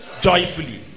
Joyfully